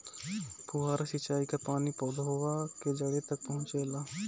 फुहारा सिंचाई का पानी पौधवा के जड़े तक पहुचे ला?